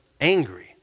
angry